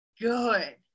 Good